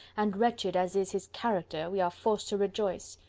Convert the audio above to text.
and wretched as is his character, we are forced to rejoice.